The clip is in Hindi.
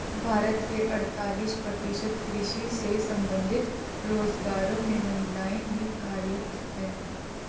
भारत के अड़तालीस प्रतिशत कृषि से संबंधित रोजगारों में महिलाएं ही कार्यरत हैं